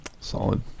Solid